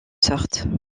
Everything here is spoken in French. sorte